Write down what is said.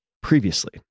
previously